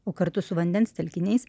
o kartu su vandens telkiniais